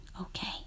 Okay